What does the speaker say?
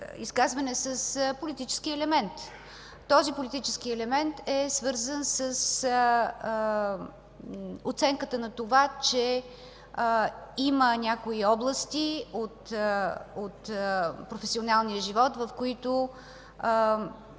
изказване с политически елемент. Този политически елемент е свързан с оценката на това, че има някои области от професионалния живот, в които